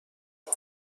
نمی